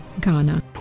Ghana